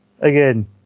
again